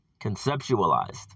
conceptualized